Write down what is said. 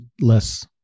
less